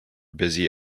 busy